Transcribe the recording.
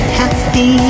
happy